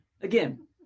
Again